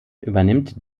übernimmt